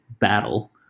battle